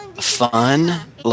fun